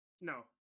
No